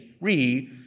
re